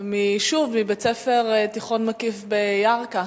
מבית-ספר תיכון מקיף בירכא.